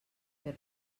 per